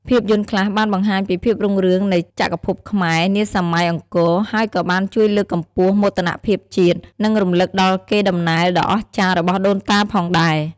ភាពយន្តខ្លះបានបង្ហាញពីភាពរុងរឿងនៃចក្រភពខ្មែរ នាសម័យអង្គរហើយក៏បានជួយលើកកម្ពស់មោទនភាពជាតិ និងរំលឹកដល់កេរដំណែលដ៏អស្ចារ្យរបស់ដូនតាផងដែរ ។